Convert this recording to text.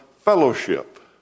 fellowship